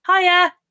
Hiya